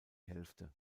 hälfte